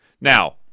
Now